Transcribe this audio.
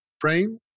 frame